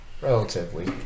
Relatively